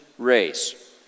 race